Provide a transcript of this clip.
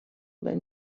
than